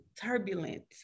turbulent